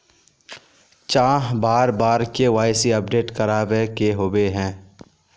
चाँह बार बार के.वाई.सी अपडेट करावे के होबे है?